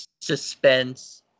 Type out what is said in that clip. suspense